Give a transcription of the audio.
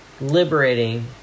liberating